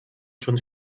schon